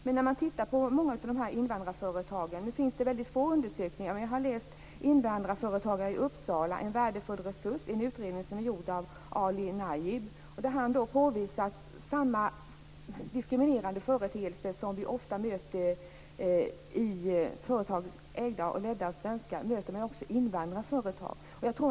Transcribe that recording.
Det finns få undersökningar om dessa invandrarföretag, men jag har läst Invandrarföretagare i Uppsala - en värdefull resurs. Det är en utredning som är gjord av Ali Najib. Han påvisar att man möter samma diskriminerande företeelser i invandrarföretag som man ofta möter i företag ägda och ledda av svenskar.